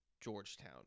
Georgetown